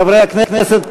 חברי הכנסת,